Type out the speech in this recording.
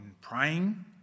praying